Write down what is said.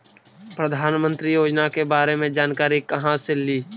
प्रधानमंत्री योजना के बारे मे जानकारी काहे से ली?